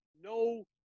no